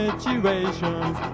situations